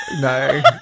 No